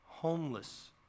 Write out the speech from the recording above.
Homeless